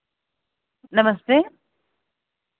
नमस्ते